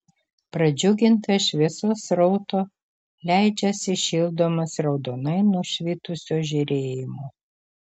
pradžiugintas šviesos srauto leidžiasi šildomas raudonai nušvitusio žėrėjimo